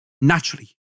naturally